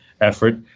effort